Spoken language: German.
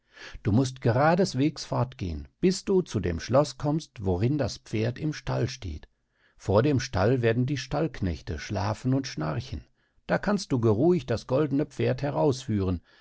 du mußt gerades wegs fortgehen bist du zu dem schloß kommst worin das pferd im stall steht vor dem stall werden die stallknechte schlafen und schnarchen da kannst du geruhig das goldne pferd herausführen